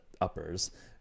uppers